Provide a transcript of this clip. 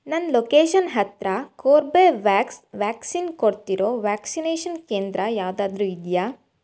ನನ್ನ ಲೊಕೇಷನ್ ಹತ್ತಿರ Corbevax vaccine ಕೊಡ್ತಿರೋ ವ್ಯಾಕ್ಸಿನೇಷನ್ ಕೇಂದ್ರ ಯಾವುದಾದ್ರೂ ಇದೆಯಾ